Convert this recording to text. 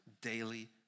daily